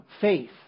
faith